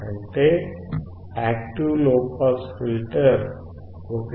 అంటే active low pass filter 1